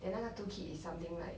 then 那个 toolkit is something like